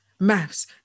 Maths